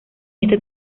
este